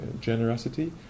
generosity